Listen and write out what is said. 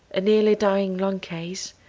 a nearly dying lung case,